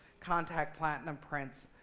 contact platinum prints.